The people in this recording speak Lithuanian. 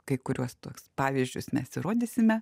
kai kuriuos tuos pavyzdžius mes ir rodysime